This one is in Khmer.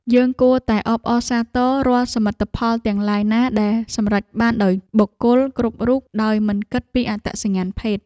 យើងគួរតែអបអរសាទររាល់សមិទ្ធផលទាំងឡាយណាដែលសម្រេចបានដោយបុគ្គលគ្រប់រូបដោយមិនគិតពីអត្តសញ្ញាណភេទ។